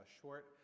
short